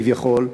כביכול.